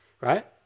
right